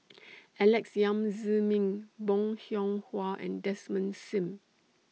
Alex Yam Ziming Bong Hiong Hwa and Desmond SIM